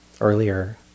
earlier